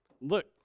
Look